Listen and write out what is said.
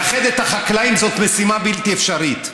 לאחד את החקלאים זאת משימה בלתי אפשרית,